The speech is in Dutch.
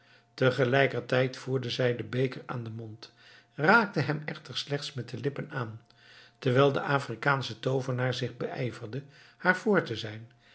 tegelijkertijd voerde zij den beker aan den mond raakte hem echter slechts met de lippen aan terwijl de afrikaansche toovenaar zich beijverde haar vr te zijn